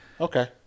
Okay